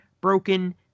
broken